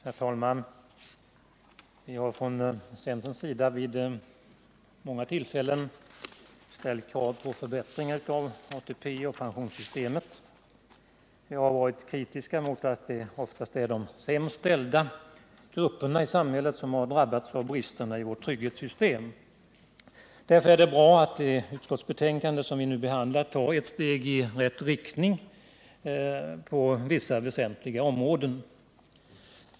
Herr talman! Vi har från centerns sida vid många tillfällen ställt krav på förbättringar av ATP-systemet och pensionssystemet i övrigt. Vi har varit kritiska mot att det oftast är de sämst ställda grupperna i samhället som har drabbats av bristerna i vårt trygghetssystem. Därför är det bra att det utskottsbetänkande som vi nu behandlar tar ett steg i rätt riktning inom vissa väsentliga områden.